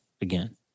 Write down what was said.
again